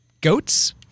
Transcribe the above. Goats